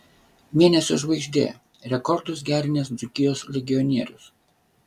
mėnesio žvaigždė rekordus gerinęs dzūkijos legionierius